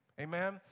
Amen